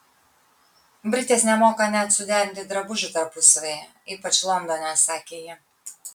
britės nemoka net suderinti drabužių tarpusavyje ypač londone sakė ji